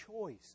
choice